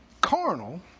carnal